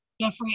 Jeffrey